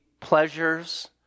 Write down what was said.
pleasures